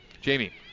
Jamie